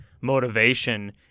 motivation